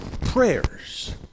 prayers